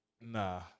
Nah